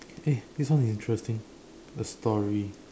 eh this one interesting a story